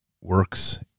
works